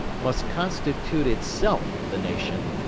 must constitute itself the nation,